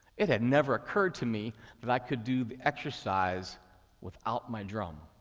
it had never occurred to me that i could do the exercise without my drum.